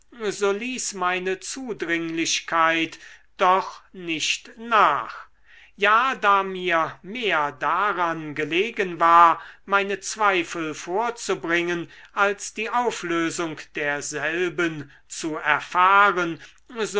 meine zudringlichkeit doch nicht nach ja da mir mehr daran gelegen war meine zweifel vorzubringen als die auflösung derselben zu erfahren